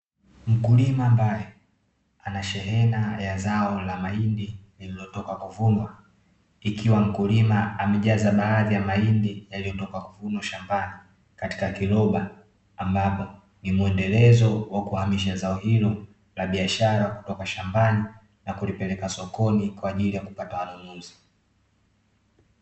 Mkulima ambaye ana shehena ya zao la mahindi lililotoka kuvunwa, ikiwa mkulima amejaza baadhi ya mahindi yaliyotoka kuvunwa shambani katika kiroba, ambapo ni muendelezo wa kuhamisha zao hilo la biashara kutoka shambani na kulipeleka sokoni kwa ajili ya kupata wanunuzi.